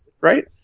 right